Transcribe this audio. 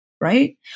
Right